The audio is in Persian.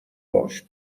باش